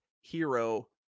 Hero